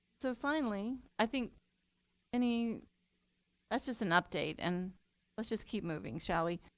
so finally, i think any that's just an update. and let's just keep moving, shall we?